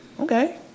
Okay